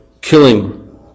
killing